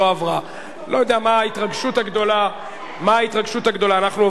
התשע"א 2011,